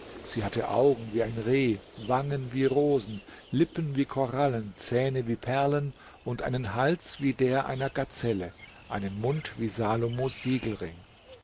sie hatte augen wie ein reh wangen wie rosen lippen wie korallen zähne wie perlen und einen hals wie der einer gazelle einen mund wie salomos siegelring